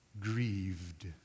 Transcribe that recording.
grieved